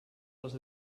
les